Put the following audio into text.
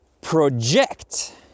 project